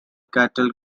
cattle